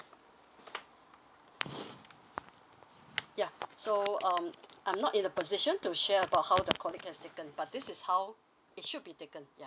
yeah so um I'm not in the position to share about how the colleague has taken but this is how it should be taken ya